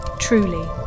Truly